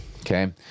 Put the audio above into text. okay